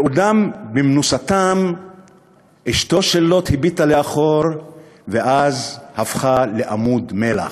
בעודם במנוסתם אשתו של לוט הביטה לאחור ואז הפכה לעמוד מלח.